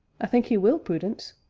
i think he will, prudence,